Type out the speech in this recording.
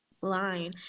line